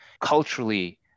culturally